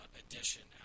edition